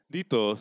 Dito